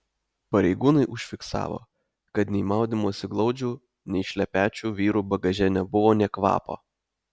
pareigūnai užfiksavo kad nei maudymosi glaudžių nei šlepečių vyrų bagaže nebuvo nė kvapo